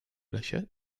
lesie